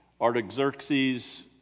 Artaxerxes